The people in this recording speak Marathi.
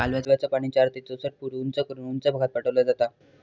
कालव्याचा पाणी चार ते चौसष्ट फूट उंच करून उंच भागात पाठवला जाता